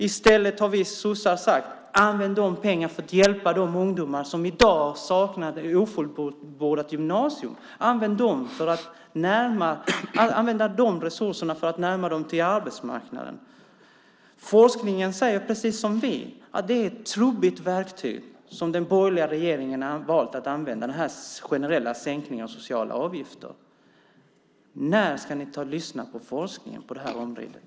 I stället har vi sossar sagt att pengarna ska användas för att hjälpa de ungdomar som i dag saknar fullbordad gymnasieutbildning. Använd resurserna för att närma dessa ungdomar till arbetsmarknaden. Forskningen säger nämligen, precis som vi, att den borgerliga regeringen har valt att använda ett trubbigt verktyg; den generella sänkningen av sociala avgifter. När ska ni lyssna på forskningen på området?